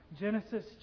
Genesis